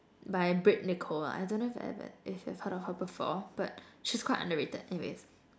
by britt-nicole lah I don't know if you've ever if you've heard of her before but she's quite underrated anyways